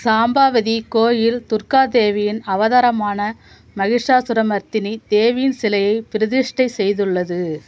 சாம்பாவதி கோயில் துர்கா தேவியின் அவதாரமான மகிஷாசுரமர்தினி தேவியின் சிலையை பிரதிஷ்டை செய்துள்ளது